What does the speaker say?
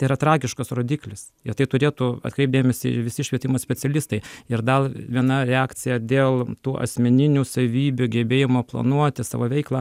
tai yra tragiškas rodiklis ir tai turėtų atkreipt dėmesį visi švietimo specialistai ir dal viena reakcija dėl tų asmeninių savybių gebėjimo planuoti savo veiklą